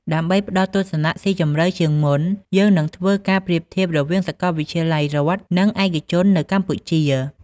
ដើម្បីផ្ដល់ទស្សនៈស៊ីជម្រៅជាងមុន យើងនឹងធ្វើការប្រៀបធៀបរវាងសាកលវិទ្យាល័យរដ្ឋ និងឯកជននៅកម្ពុជា ។